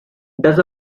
does